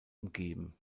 umgeben